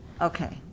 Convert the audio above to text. okay